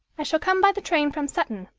i shall come by the train from sutton,